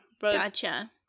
Gotcha